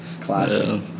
Classic